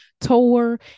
tour